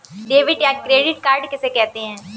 Debit या credit card किसे कहते हैं?